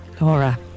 Laura